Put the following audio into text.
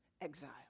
exile